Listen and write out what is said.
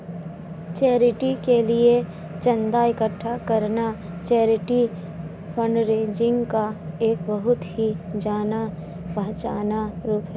charity के लिए चंदा इकट्ठा करना चैरिटी फंडरेजिंग का एक बहुत ही जाना पहचाना रूप है